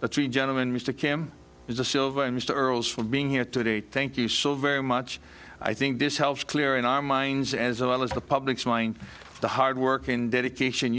the three gentlemen mr kim is a silver and mr earles for being here today thank you so very much i think this helps clear in our minds as well as the public's mind the hard work and dedication